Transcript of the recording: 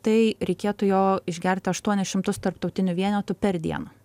tai reikėtų jo išgerti aštuonis šimtus tarptautinių vienetų per dieną